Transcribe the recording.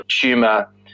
tumor